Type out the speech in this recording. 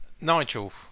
Nigel